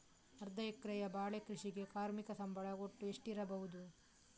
ಅರ್ಧ ಎಕರೆಯ ಬಾಳೆ ಕೃಷಿಗೆ ಕಾರ್ಮಿಕ ಸಂಬಳ ಒಟ್ಟು ಎಷ್ಟಿರಬಹುದು?